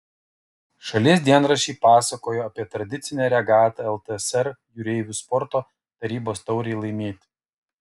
šalies dienraščiai pasakojo apie tradicinę regatą ltsr jūreivių sporto tarybos taurei laimėti